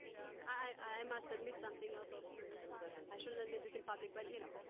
you know i must admit something also so i shouldn't admit this in public but, you know,